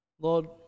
Lord